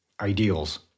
ideals